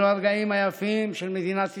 אלו הרגעים היפים של מדינת ישראל,